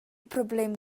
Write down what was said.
problem